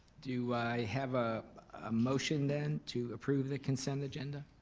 do i have a ah motion then to approve the consent agenda?